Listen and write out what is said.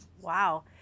Wow